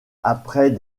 après